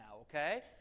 okay